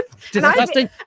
disgusting